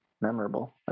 memorable